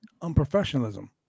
unprofessionalism